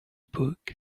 book